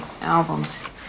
albums